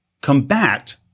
combat